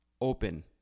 open